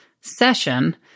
session